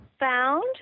found